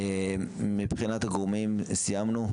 מבחינת הגורמים סיימנו.